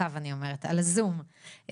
משמיר בזום,